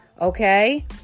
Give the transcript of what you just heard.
Okay